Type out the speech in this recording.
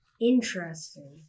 Interesting